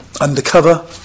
undercover